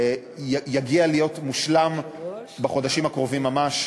יגיע ויושלם בחודשים הקרובים ממש,